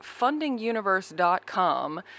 fundinguniverse.com